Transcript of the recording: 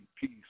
peace